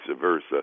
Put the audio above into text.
versa